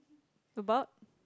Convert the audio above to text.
about